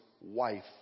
wife